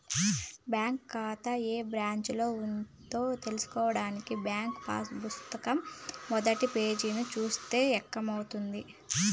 bank కాతా ఏ బ్రాంచిలో ఉందో తెల్సుకోడానికి బ్యాంకు పాసు పుస్తకం మొదటి పేజీని సూస్తే ఎరకవుతది